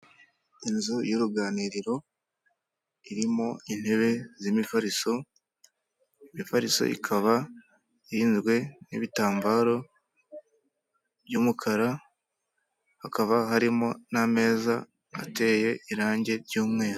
Inzu y'uruganiriro irimo intebe z'imifariso, imifariso ikaba irinzwe n'ibitambaro by'umukara hakaba harimo n'ameza ateye irangi ry'umweru.